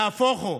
נהפוך הוא: